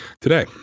today